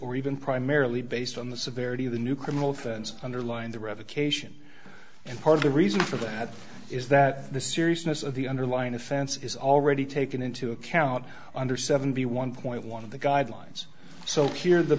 or even primarily based on the severity of the new criminal offense underlying the revocation and part of the reason for that is that the seriousness of the underlying offense is already taken into account under seventy one dollars of the guidelines so clear the